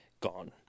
gone